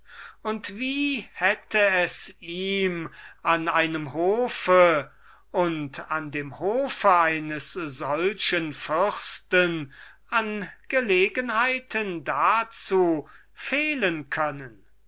und wie hätte es ihm an einem hofe und an dem hofe eines solchen fürsten an gelegenheiten fehlen können